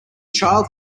child